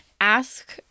ask